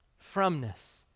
Fromness